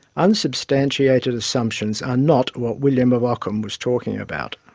unsubstantiated assumptions are not what william of ockham was talking about.